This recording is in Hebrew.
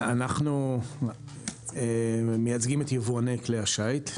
אנחנו מייצגים את יבואני כלי השיט.